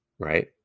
Right